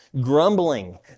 grumbling